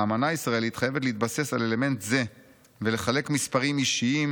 האמנה הישראלית חייבת להתבסס על אלמנט זה ולחלק מספרים אישיים